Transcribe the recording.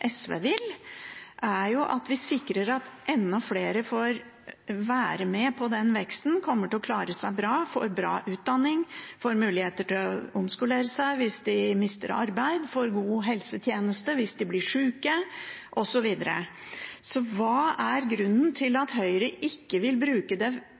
SV vil, er at vi sikrer at enda flere får være med på veksten, kommer til å klare seg bra, får bra utdanning, får muligheter til å omskolere seg hvis de mister arbeid, får gode helsetjenester hvis de blir syke, osv. Så hva er grunnen til at Høyre ikke vil bruke det